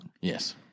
Yes